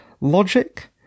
logic